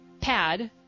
pad